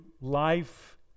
life